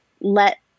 let